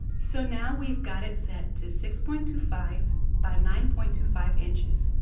so now we've got it set to six point two five by nine point two five inches.